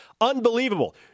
unbelievable